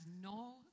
no